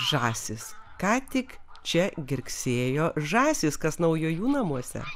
žąsys ką tik čia girgsėjo žąsys kas naujo jų namuose